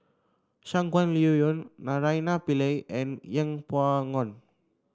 Shangguan Liuyun Naraina Pillai and Yeng Pway Ngon